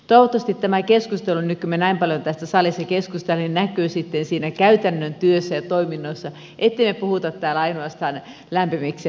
toivottavasti tämä keskustelu nyt kun me näin paljon tästä salissa keskustelemme näkyy sitten siinä käytännön työssä ja toiminnoissa ettemme me puhu täällä ainoastaan lämpimiksemme tästä asiasta